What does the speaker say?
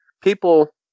people